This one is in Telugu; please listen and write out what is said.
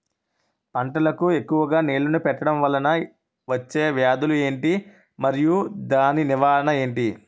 పంటలకు ఎక్కువుగా నీళ్లను పెట్టడం వలన వచ్చే వ్యాధులు ఏంటి? మరియు దాని నివారణ ఏంటి?